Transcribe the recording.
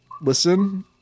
listen